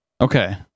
Okay